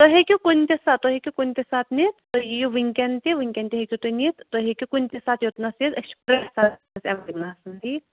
تُہۍ ہیٚکِو کُنہِ تہِ ساتہٕ تُہۍ ہیٚکِو کُنہِ تہِ ساتہٕ نِتھ تُہۍ یِیِو وٕنکٮ۪ن تہِ وٕنکٮ۪ن تہِ ہیٚکِو تُہۍ نِتھ تُہۍ ہیٚکِو کُنہِ تہِ ساتہٕ یوٚتنَس یِتھ أسۍ چھِ پرٛٮ۪تھ ساتہٕ ایویلیبٕل آسان ییٚتہِ